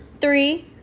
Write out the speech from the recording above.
three